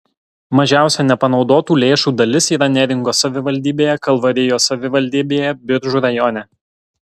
mažiausia nepanaudotų lėšų dalis yra neringos savivaldybėje kalvarijos savivaldybėje biržų rajone